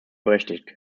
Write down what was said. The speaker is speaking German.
berechtigt